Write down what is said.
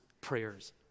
prayers